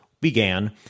began